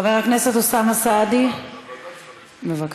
חבר הכנסת אוסאמה סעדי, בבקשה.